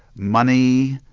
money,